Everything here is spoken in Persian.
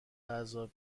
غذا